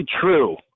true